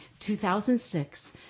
2006